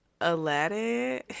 Aladdin